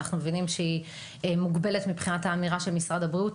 שאנחנו מבינים שהיא מוגבלת מבחינת האמירה של משרד הבריאות,